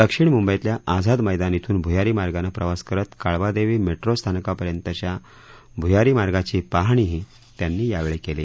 दक्षिण मुंबईतल्या आझाद मैदान बून भुयारी मार्गानं प्रवास करत काळबादेवी मेट्रो स्थानकापर्यंतच्या भ्यारी मार्गाची पाहणीही त्यांनी यावेळी केली